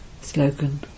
Slogan